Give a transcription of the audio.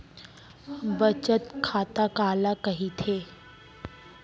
बचत खाता काला कहिथे?